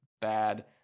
bad